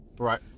right